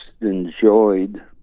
enjoyed